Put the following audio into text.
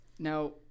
Now